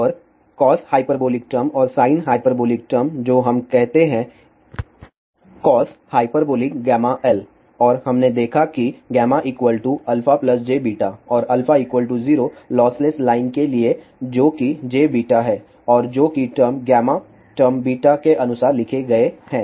और cos hyperbolic term और sine hyperbolic term जो हमें कहते हैं cos⁡hγl और हमने देखा कि α jβ और 0 लॉसलेस लाइन के लिए जो कि jβ है और जो कि टर्म टर्म के अनुसार लिखे गए हैं